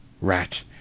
rat